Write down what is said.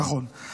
נכון, נכון.